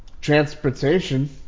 transportation